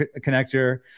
connector